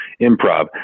improv